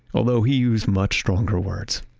although he used much stronger words.